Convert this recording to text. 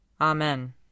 Amen